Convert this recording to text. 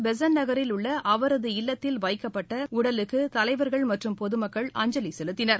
பெசன்ட்நகரில் உள்ள அவரது இல்லத்தில் வைக்கப்பட்ட பரிதி இளம்வழுதியின் உடலுக்கு தலைவர்கள் மற்றும் பொதுமக்கள் அஞ்சலி செலுத்தினர்